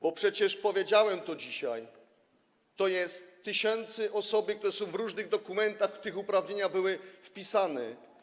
Bo przecież powiedziałem to dzisiaj: to tysiące osób, które są w różnych dokumentach, których uprawnienia były wpisane.